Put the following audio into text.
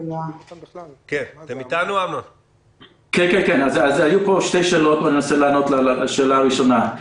היו פה שתי שאלות ואנסה לענות על השאלה הראשונה.